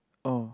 oh